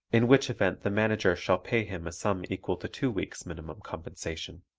in which event the manager shall pay him a sum equal to two weeks' minimum compensation.